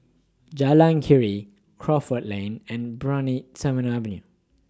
Jalan Keria Crawford Lane and Brani Terminal Avenue